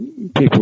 people